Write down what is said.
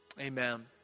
Amen